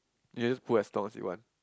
you just put as long as you want